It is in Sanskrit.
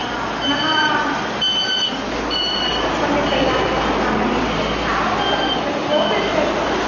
पुनः किं तत्र सम्यक् तैलादिकं स्थापनीयं भवति तावदेव तत्र कोपि विशेषः नास्ति